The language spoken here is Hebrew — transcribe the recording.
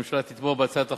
הממשלה תתמוך בהצעת החוק,